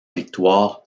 victoire